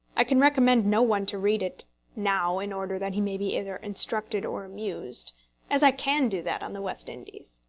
i can recommend no one to read it now in order that he may be either instructed or amused as i can do that on the west indies.